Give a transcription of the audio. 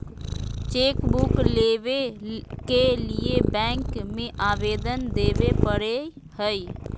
chequebook लेबे के लिए बैंक में अबेदन देबे परेय हइ